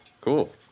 cool